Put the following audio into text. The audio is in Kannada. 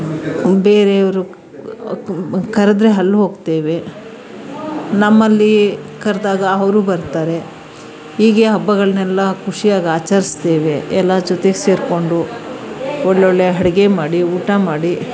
ಬೇರೆಯವರು ಕರೆದರೆ ಅಲ್ಲೋಗ್ತೇವೆ ನಮ್ಮಲ್ಲಿ ಕರೆದಾಗ ಅವರು ಬರ್ತಾರೆ ಹೀಗೆ ಹಬ್ಬಗಳನ್ನೆಲ್ಲ ಖುಷಿಯಾಗಿ ಆಚರಿಸ್ತೇವೆ ಎಲ್ಲರ ಜೊತೆ ಸೇರಿಕೊಂಡು ಒಳ್ಳೊಳ್ಳೆ ಅಡುಗೆ ಮಾಡಿ ಊಟ ಮಾಡಿ